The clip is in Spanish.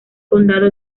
condado